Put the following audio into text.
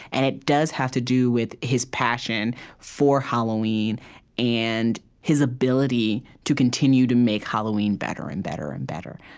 and it does have to do with his passion for halloween and his ability to continue to make halloween better and better and better.